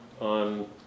on